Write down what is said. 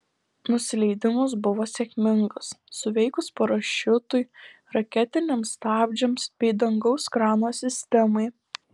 nusileidimas buvo sėkmingas suveikus parašiutui raketiniams stabdžiams bei dangaus krano sistemai